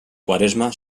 quaresma